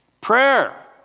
Prayer